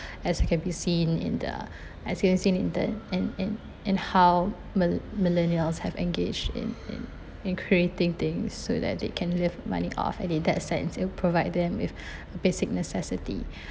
as it can be seen in the as you can see in the in in in how mil~ millennials have engaged in in in creating things so that they can live money off and in that sense you provide them with a basic necessity